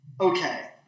Okay